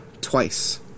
twice